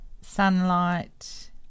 sunlight